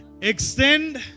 extend